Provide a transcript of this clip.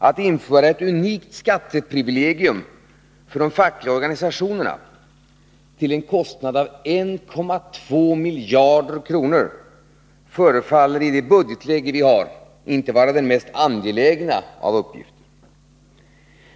Att införa ett unikt skatteprivilegium för de fackliga organisationerna till en kostnad av 1,2 miljarder kronor förefaller i nuvarande budgetläge inte vara den mest angelägna av uppgifter.